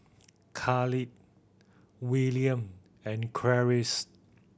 Khalil Willam and Clarice